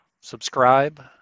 subscribe